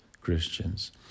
Christians